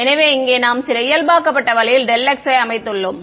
எனவே இங்கே நாம் சில இயல்பாக்கப்பட்ட வழியில் x யை அமைத்துள்ளோம்